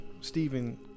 Stephen